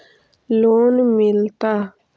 Loan मिलता?